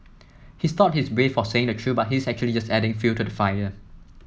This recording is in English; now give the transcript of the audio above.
he thought he's brave for saying the truth but he's actually just adding fuel to the fire